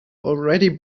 already